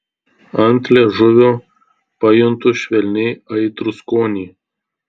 ant liežuvio pajuntu švelniai aitrų skonį